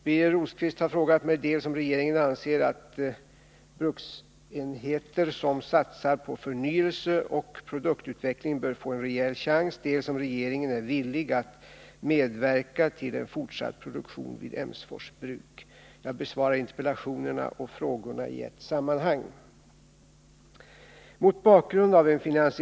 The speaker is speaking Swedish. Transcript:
Birger Rosqvist har frågat mig dels om regeringen anser att bruksenheter som satsar på förnyelse och produktutveckling bör få en rejäl chans, dels om regeringen är villig att medverka till en fortsatt produktion vid Emsfors bruk. Jag besvarar interpellationerna och frågorna i ett sammanhang.